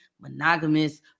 monogamous